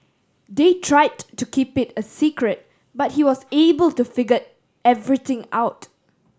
they tried to keep it a secret but he was able to figure everything out